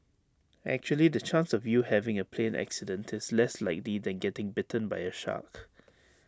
actually the chance of you having A plane accident is less likely than getting bitten by A shark